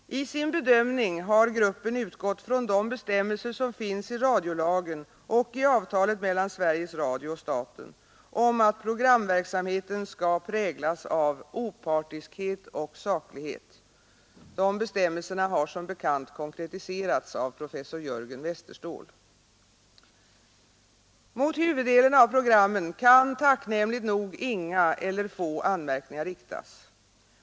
I sin bedömning har gruppen utgått från de bestämmelser som finns i radiolagen och i avtalet mellan Sveriges Radio och staten om att programverksamheten skall präglas av ”opartiskhet och saklighet”. Dessa bestämmelser har som bekant konkretiserats av professor Jörgen Westerståhl. Mot huvuddelen av programmen kan tacknämligt nog inga eller få anmärkningar riktas.